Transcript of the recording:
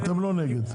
אתם לא נגד?